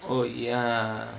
oh ya